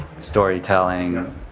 storytelling